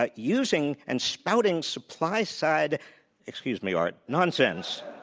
ah using and spouting supply-side excuse me, art nonsense